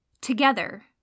together